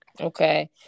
Okay